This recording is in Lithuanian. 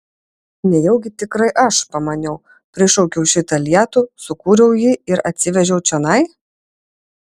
nejaugi tikrai aš pamaniau prišaukiau šitą lietų sukūriau jį ir atsivežiau čionai